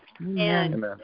Amen